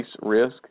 risk